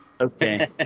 Okay